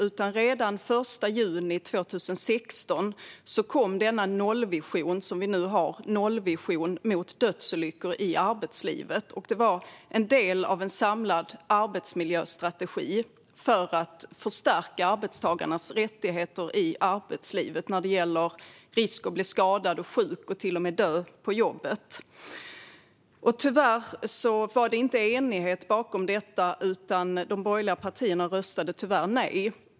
Redan den 1 juni 2016 kom nollvisionen mot dödsolyckor i arbetslivet. Den var en del av en samlad arbetsmiljöstrategi för att förstärka arbetstagarnas rättigheter i arbetslivet när det gäller risk att bli skadad eller sjuk eller att till och med dö på jobbet. Tyvärr rådde inte enighet om denna nollvision, utan de borgerliga partierna röstade nej.